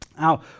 Now